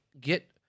get